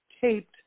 taped